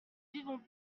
vivons